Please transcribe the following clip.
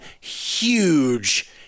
huge